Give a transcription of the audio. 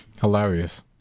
Hilarious